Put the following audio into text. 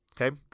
Okay